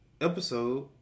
episode